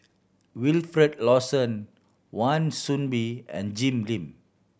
Wilfed Lawson Wan Soon Bee and Jim Lim